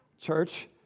Church